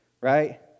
right